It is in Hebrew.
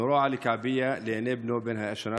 נורה עלי כעבייה לעיני בנו בן השנה,